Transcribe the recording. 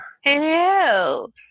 Hello